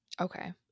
okay